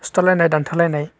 सुथारलायनाय दान्थारलायनाय